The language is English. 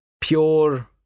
pure